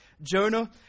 Jonah